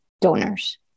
donors